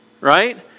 right